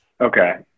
Okay